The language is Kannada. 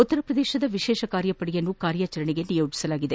ಉತ್ತರ ಪ್ರದೇಶದ ವಿಶೇಷ ಕಾರ್ಯಪಡೆಯನ್ನು ಕಾರ್ಯಾಚರಣೆಗೆ ನಿಯೋಜಿಸಲಾಗಿದೆ